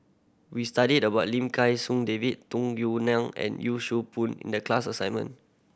we studied about Lim David Tung Yue Nang and Yee Siew Pun in the class assignment